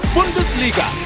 Bundesliga